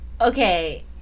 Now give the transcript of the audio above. Okay